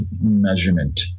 measurement